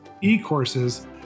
e-courses